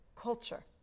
culture